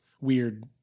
weird